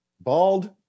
Bald